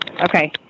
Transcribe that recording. Okay